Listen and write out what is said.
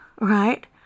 Right